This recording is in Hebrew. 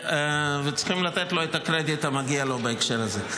וצריכים לתת לו את הקרדיט המגיע לו בהקשר הזה.